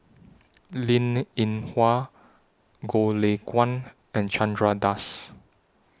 Linn in Hua Goh Lay Kuan and Chandra Das